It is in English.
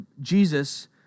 Jesus